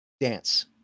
Dance